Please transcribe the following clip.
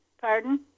Pardon